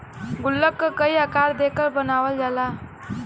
गुल्लक क कई आकार देकर बनावल जाला